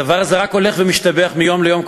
הדבר הזה רק הולך ומשתבח מיום ליום,